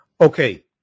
Okay